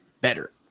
better